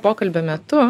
pokalbio metu